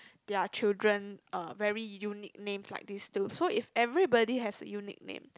their children uh very unique names like these two so if everybody has a unique name